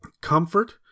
comfort